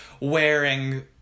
wearing